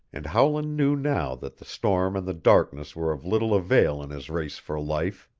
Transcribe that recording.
and howland knew now that the storm and the darkness were of little avail in his race for life.